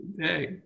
Hey